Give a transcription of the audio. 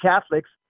Catholics